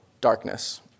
darkness